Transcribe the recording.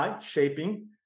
Shaping